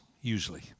usually